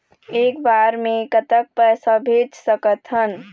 एक बार मे कतक पैसा भेज सकत हन?